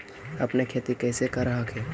अपने खेती कैसे कर हखिन?